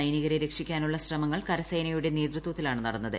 സൈനികരെ രക്ഷിക്കാനുള്ള ശ്രമങ്ങൾ കരസേനയുടെ നേതൃത്വത്തിലാണു നടന്നത്